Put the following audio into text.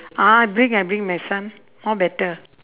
ah I bring I bring my son more better